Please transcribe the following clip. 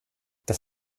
das